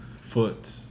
Foot